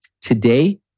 Today